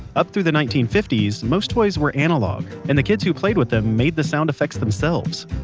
up through the nineteen fifty s, most toys were analog, and the kids who played with them made the sound effects themselves.